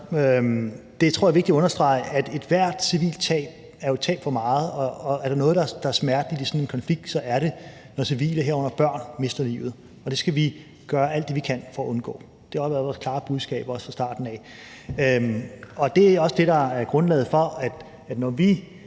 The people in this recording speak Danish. over for Frie Grønne, at ethvert civilt tab jo er et tab for meget, og er der noget, der er smerteligt i sådan en konflikt, så er det, når civile, herunder børn, mister livet, og det skal vi gøre alt det, vi kan, for at undgå. Det har været vores klare budskab helt fra starten af. Det er også det, der er grundlaget for, at når vi